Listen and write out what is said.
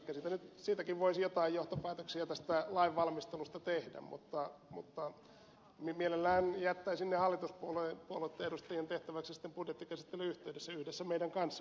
ehkä siitäkin voisi jotain johtopäätöksiä tästä lainvalmistelusta tehdä mutta mielelläni jättäisin sen hallituspuolueitten edustajien tehtäväksi sitten budjettikäsittelyn yhteydessä yhdessä meidän kanssamme tietysti